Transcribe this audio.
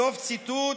סוף ציטוט,